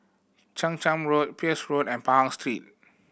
Chang Charn Road Peirce Road and Pahang Street